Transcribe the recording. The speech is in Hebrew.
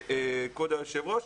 כבוד היושב-ראש.